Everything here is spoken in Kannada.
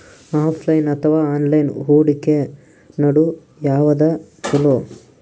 ಆಫಲೈನ ಅಥವಾ ಆನ್ಲೈನ್ ಹೂಡಿಕೆ ನಡು ಯವಾದ ಛೊಲೊ?